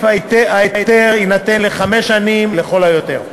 ההיתר יינתן לחמש שנים לכל היותר.